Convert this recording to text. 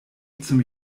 zum